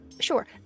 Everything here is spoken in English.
sure